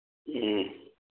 ꯎꯝ